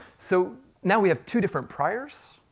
so now we have two different priors.